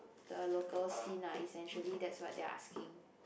the local scene ah essentially that's what they are asking